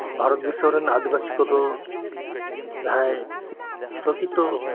ᱵᱷᱟᱨᱚᱛ ᱫᱤᱥᱚᱢ ᱨᱮᱱ ᱟᱹᱫᱤᱵᱟᱹᱥᱤ ᱠᱚᱫᱚ ᱡᱟᱦᱟᱸᱭ ᱯᱨᱚᱠᱤᱛᱚ